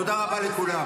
תודה רבה לכולם.